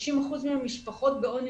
60 אחוזים מהמשפחות בעוני,